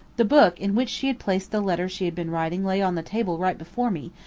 the book in which she had placed the letter she had been writing lay on the table right before me,